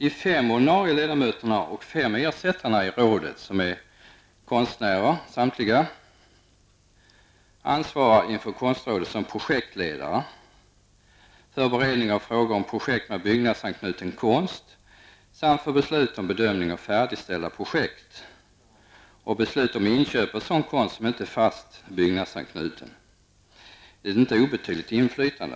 De fem ordinarie ledamöterna och fem ersättarna i rådet, som samtliga är konstnärer, ansvarar inför konstrådet som projektledare för beredning av frågor om projekt med byggnadsanknuten konst samt för beslut om bedömning av färdigställda projekt och beslut om inköp av sådan konst som inte har fast byggnadsanknytning. Det är inte ett obetydligt inflytande.